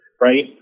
right